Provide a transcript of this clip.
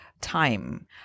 time